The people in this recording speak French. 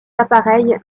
appareils